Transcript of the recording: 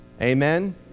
Amen